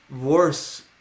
worse